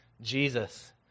Jesus